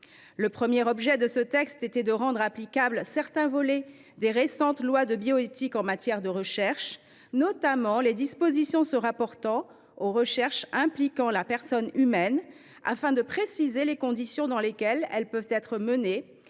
Le premier objet de ce texte était de rendre applicables certains volets des récentes lois de bioéthique en matière de recherche, notamment les dispositions se rapportant aux recherches impliquant la personne humaine (RIPH), afin de préciser les conditions dans lesquelles elles peuvent être menées